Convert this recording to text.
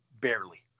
barely